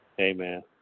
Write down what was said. Amen